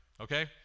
okay